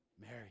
Mary